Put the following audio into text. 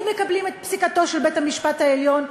מקבלים את פסיקתו של בית-המשפט העליון,